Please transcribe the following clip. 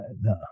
No